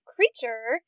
Creature